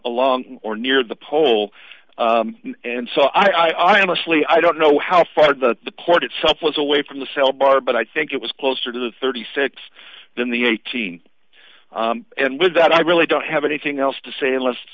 along or near the pole and so i honestly i don't know how far the the port itself was away from the cell bar but i think it was closer to the thirty six than the eighteen and with that i really don't have anything else to say les